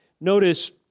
Notice